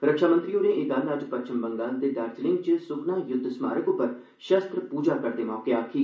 रक्षामंत्री होरें एह गल्ल अज्ज पच्छम बंगाल दे दार्जिलिंग च सुकना युद्ध स्मारक पर 'शस्त्र पूजा' करदे मौके आक्खी